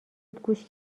گوش